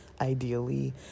ideally